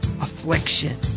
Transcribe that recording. affliction